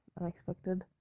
unexpected